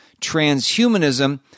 transhumanism